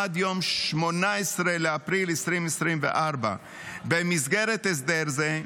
עד יום 18 באפריל 2024. במסגרת הסדר זה,